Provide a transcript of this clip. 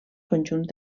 conjunts